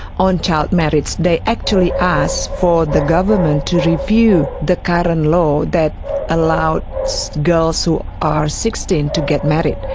on child marriage. they actually asked for the government to review the current and law that allows so girls who so are sixteen to get married.